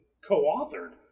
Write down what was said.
co-authored